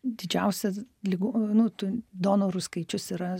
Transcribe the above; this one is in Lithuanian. didžiausias ligų nu tų donorų skaičius yra